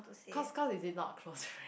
cause cause is it not close friend